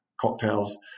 cocktails